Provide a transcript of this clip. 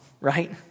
right